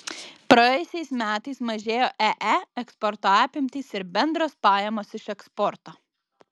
praėjusiais metais mažėjo ee eksporto apimtys ir bendros pajamos iš eksporto